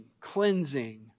cleansing